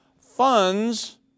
funds